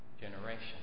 generation